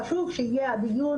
חשוב שיהיה הדיון